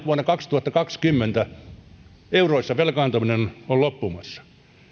vuonna kaksituhattakaksikymmentä euroissa velkaantuminen on loppumassa